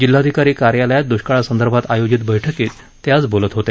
जिल्हाधिकारी कार्यालयात दृष्काळासंदर्भात आयोजित बैठकीत ते आज बोलत होते